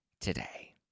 today